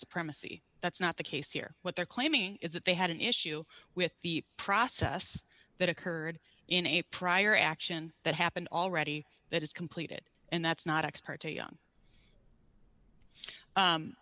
supremacy that's not the case here what they're claiming is that they had an issue with the process that occurred in a prior action that happened already that is completed and that's not